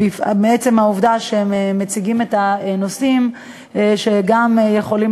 מעצם העובדה שמציגים את הנושאים שגם יכולים